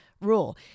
Rule